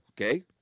okay